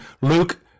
Luke